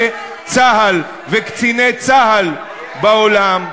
חיילי צה"ל וקציני צה"ל בעולם.